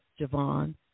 Javon